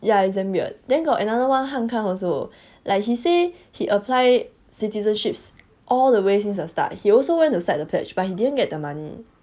ya it's damn weird then got another one han kang also like he say he apply citizenships all the way since the start he also went to recite the pledge but he didn't get the money